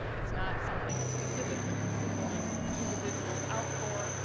it's not something specific that we're singling individuals out for,